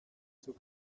zur